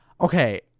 Okay